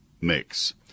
mix